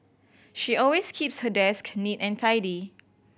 she always keeps her desk neat and tidy